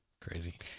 Crazy